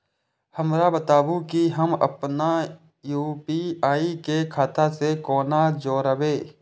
हमरा बताबु की हम आपन यू.पी.आई के खाता से कोना जोरबै?